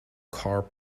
car